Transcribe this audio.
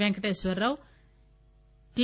Venkateswara Rao T